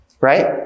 right